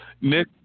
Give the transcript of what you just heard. Nick